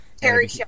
Terry